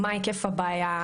מה היקף הבעיה?